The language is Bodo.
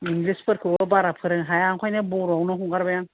इंलिस फोरखौबो बारा फोरोंनो हाया ओंखायनो बर' यावनो हगारबाय आं